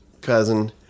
cousin